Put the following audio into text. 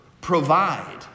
Provide